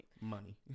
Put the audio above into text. money